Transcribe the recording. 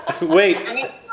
wait